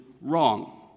wrong